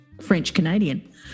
French-Canadian